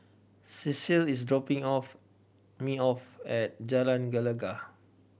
cecile is dropping off me off at Jalan Gelegar